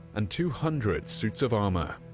and two hundred suits of armor.